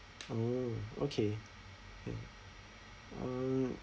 oh okay mm uh